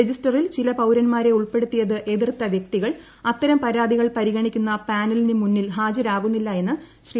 രജിസ്റ്ററിൽ ചില പൌരൻമാരെ ഉൾപ്പെടുത്തിയത് എതിർത്ത വ്യക്തികൾ അത്തരം പരാതികൾ പരിഗണിക്കുന്ന പാനലിന് മുന്നിൽ ഹാജരാകുന്നില്ല എന്ന് ശ്രീ